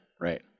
Right